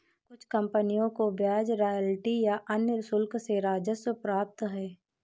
कुछ कंपनियों को ब्याज रॉयल्टी या अन्य शुल्क से राजस्व प्राप्त होता है